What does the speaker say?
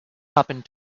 happened